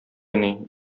уйный